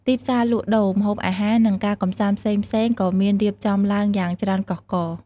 ទីផ្សារលក់ដូរ ម្ហូបអាហារ និងការកម្សាន្តផ្សេងៗក៏មានរៀបចំឡើងយ៉ាងច្រើនកុះករ។